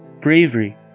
bravery